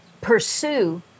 pursue